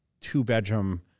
two-bedroom